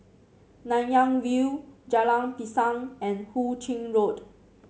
Nanyang View Jalan Pisang and Hu Ching Road